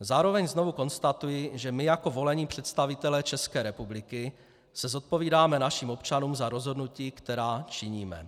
Zároveň znovu konstatuji, že my jako volení představitelé České republiky se zodpovídáme našim občanům za rozhodnutí, která činíme.